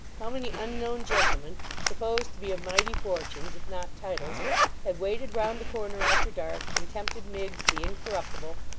how many unknown gentlemen supposed to be of mighty fortunes, if not titles had waited round the corner after dark, and tempted miggs the incorruptible,